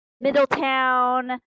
Middletown